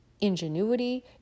ingenuity